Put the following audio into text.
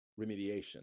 remediation